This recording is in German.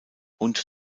und